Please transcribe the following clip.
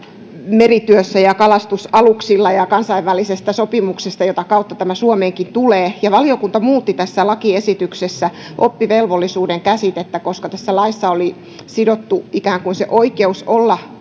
merityössä ja kalastusaluksilla ja kansainvälisestä sopimuksesta jota kautta tämä suomeenkin tulee valiokunta muutti tässä lakiesityksessä oppivelvollisuuden käsitettä tässä laissa oli sidottu kuudentoista vuoden ikään ja oppivelvollisuusikään ikään kuin se oikeus olla